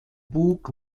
bug